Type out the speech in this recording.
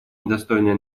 недостойное